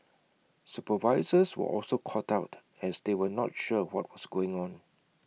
supervisors were also caught out as they were not sure what was going on